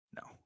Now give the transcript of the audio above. no